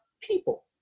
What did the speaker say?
people